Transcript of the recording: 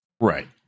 Right